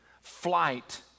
flight